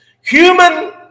Human